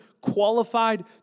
qualified